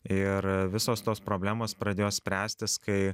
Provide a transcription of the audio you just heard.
ir visos tos problemos pradėjo spręstis kai